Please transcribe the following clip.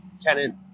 tenant